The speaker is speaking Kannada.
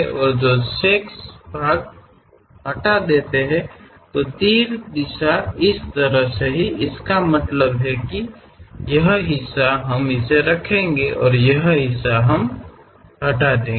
ಆದ್ದರಿಂದ ಬಾಣದ ದಿಕ್ಕು ಈ ರೀತಿಯಲ್ಲಿದೆ ಇದರರ್ಥ ನಮಗೆ ಬೇಕಾದ ಭಾಗವನ್ನು ನಾವು ಇಟ್ಟುಕೊಂಡು ಮತ್ತು ಉಳಿದ ಭಾಗವನ್ನು ನಾವು ತೆಗೆದುಹಾಕುತ್ತೇನೆ